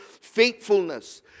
faithfulness